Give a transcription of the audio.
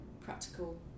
practical